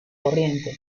corriente